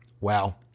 Wow